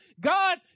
God